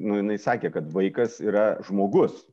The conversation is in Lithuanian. nu jinai sakė kad vaikas yra žmogus